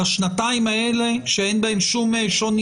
על השנתיים האלה שאין בהם שום שוני